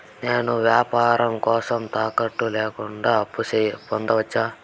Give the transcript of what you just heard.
నేను వ్యాపారం కోసం తాకట్టు లేకుండా అప్పు పొందొచ్చా?